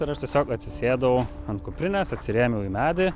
ir aš tiesiog atsisėdau ant kuprinės atsirėmiau į medį